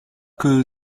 que